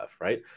Right